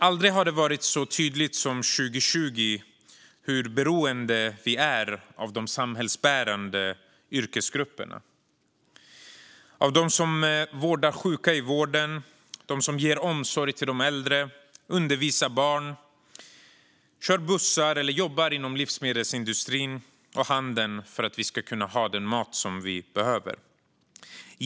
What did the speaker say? Aldrig har det varit så tydligt som 2020 hur beroende vi är av de samhällsbärande yrkesgrupperna - de som vårdar sjuka i vården, ger omsorg till de äldre, undervisar barn, kör bussarna eller jobbar inom livsmedelsindustrin och handeln för att vi ska kunna handla den mat vi behöver.